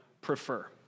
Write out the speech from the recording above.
prefer